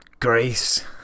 grace